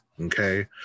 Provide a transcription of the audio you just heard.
okay